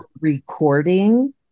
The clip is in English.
recording